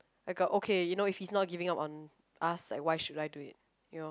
like okay you know he's not giving up on ask what should I do it